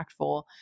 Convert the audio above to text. impactful